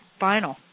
vinyl